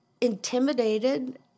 intimidated